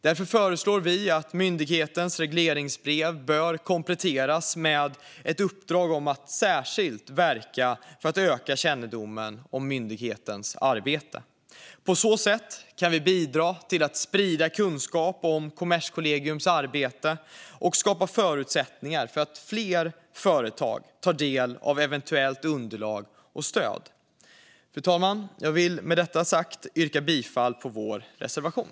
Vi föreslår att myndighetens regleringsbrev kompletteras med ett uppdrag om att särskilt verka för att öka kännedomen om myndighetens arbete. På så sätt kan vi bidra till att sprida kunskap om Kommerskollegiums arbete och skapa förutsättningar för att fler företag tar del av eventuellt underlag och stöd. Fru talman! Jag vill med detta sagt yrka bifall till vår reservation.